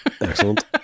Excellent